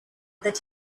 that